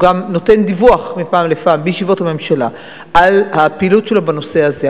הוא גם נותן דיווח מפעם לפעם בישיבות הממשלה על הפעילות שלו בנושא הזה.